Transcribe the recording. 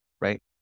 right